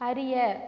அறிய